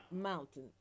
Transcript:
Mountain